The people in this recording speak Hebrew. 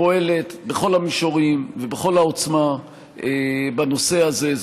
פועלת בכל המישורים ובכל העוצמה בנושא הזה.